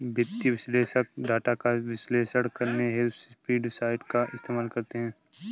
वित्तीय विश्लेषक डाटा का विश्लेषण करने हेतु स्प्रेडशीट का इस्तेमाल करते हैं